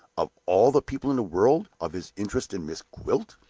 of all the people in the world, of his interest in miss gwilt?